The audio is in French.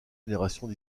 générations